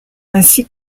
ainsi